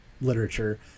literature